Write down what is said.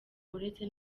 uretse